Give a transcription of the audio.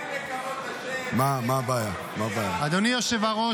--- אדוני היושב-ראש,